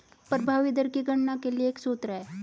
प्रभावी दर की गणना के लिए एक सूत्र है